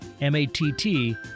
M-A-T-T